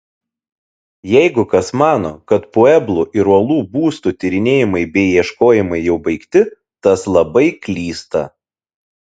jeigu kas mano kad pueblų ir uolų būstų tyrinėjimai bei ieškojimai jau baigti tas labai klysta